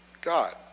God